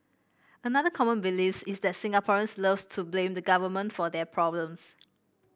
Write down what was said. another common beliefs is that Singaporeans loves to blame the Government for their problems